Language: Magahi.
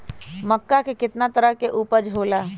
मक्का के कितना तरह के उपज हो ला?